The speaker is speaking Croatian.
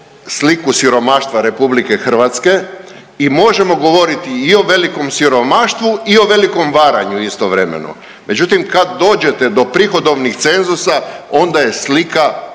sliku siromaštva RH i možemo govoriti i o velikom siromaštvu i o velikom varanju, istovremeno. Međutim, kad dođete do prihodovnih cenzusa, onda je slika